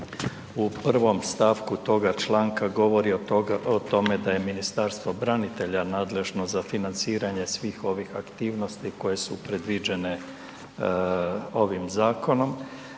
u prvom stavku toga članka govori o tome da je Ministarstvo branitelja nadležno za financiranje svih ovih aktivnosti koje su predviđene ovim zakonom,